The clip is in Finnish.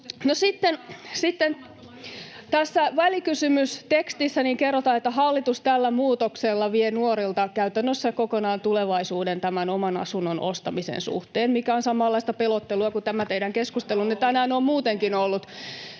tässä välikysymystekstissä kerrotaan, että hallitus tällä muutoksella vie nuorilta käytännössä kokonaan tulevaisuuden tämän oman asunnon ostamisen suhteen, mikä on samanlaista pelottelua kuin tämä teidän keskustelunne tänään on muutenkin ollut.